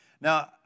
Now